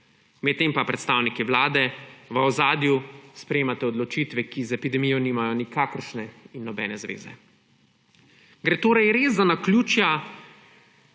Medtem pa predstavniki Vlade v ozadju sprejemate odločitve, ki z epidemijo nimajo nikakršne in nobene zveze. Gre torej res za naključja